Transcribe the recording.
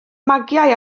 magiau